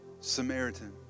Samaritan